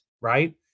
Right